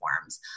forms